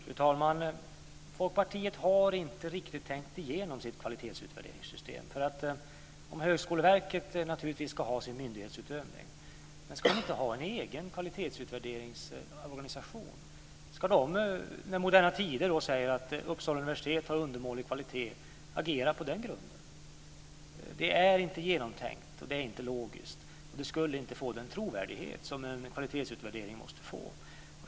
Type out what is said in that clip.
Fru talman! Folkpartiet har inte riktigt tänkt igenom sitt kvalitetsutvärderingssystem. Om Högskoleverket naturligtvis ska ha sin myndighetsutövning - ska de inte då ha en egen kvalitetsutvärderingsorganisation? Ska de när Moderna Tider säger att Uppsala universitet har undermålig kvalitet agera på den grunden? Det är inte genomtänkt och det är inte logiskt. Det skulle inte få den trovärdighet som en kvalitetsutvärdering måste få.